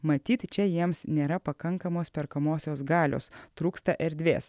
matyt čia jiems nėra pakankamos perkamosios galios trūksta erdvės